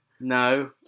No